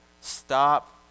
stop